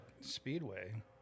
speedway